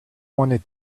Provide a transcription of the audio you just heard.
wanted